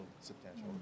substantial